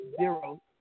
zero